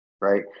right